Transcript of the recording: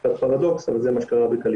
זה קצת פרדוקס אבל זה מה שקרה בקליפורניה.